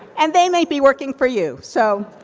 and, they may be working for you. so,